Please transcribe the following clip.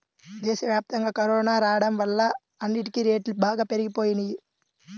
దేశవ్యాప్తంగా కరోనా రాడం వల్ల అన్నిటికీ రేట్లు బాగా పెరిగిపోయినియ్యి